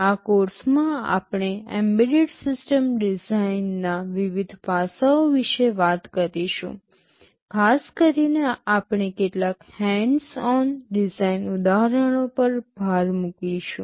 આ કોર્ષમાં આપણે એમ્બેડેડ સિસ્ટમ ડિઝાઇનના વિવિધ પાસાઓ વિશે વાત કરીશું ખાસ કરીને આપણે કેટલાક હેન્ડ્સ ઓન ડિઝાઇન ઉદાહરણો પર ભાર મૂકીશું